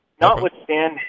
notwithstanding